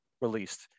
released